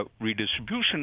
redistribution